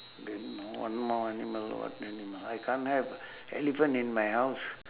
okay no one more animal what animal I can't have elephant in my house